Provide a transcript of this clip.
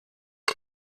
got